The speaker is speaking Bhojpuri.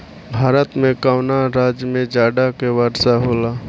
भारत के कवना राज्य में जाड़ा में वर्षा होला?